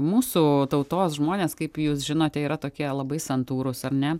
mūsų tautos žmonės kaip jūs žinote yra tokie labai santūrūs ar ne